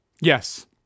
Yes